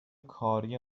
کاری